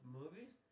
movies